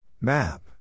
Map